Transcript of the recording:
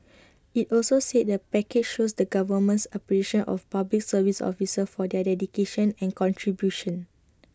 IT also said the package shows the government's appreciation of Public Service officers for their dedication and contribution